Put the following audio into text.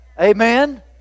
amen